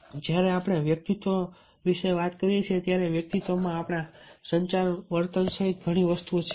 અને જ્યારે આપણે વ્યક્તિત્વ વિશે વાત કરીએ છીએ ત્યારે વ્યક્તિત્વમાં આપણા સંચાર વર્તન સહિત ઘણી વસ્તુઓ છે